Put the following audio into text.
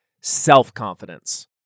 self-confidence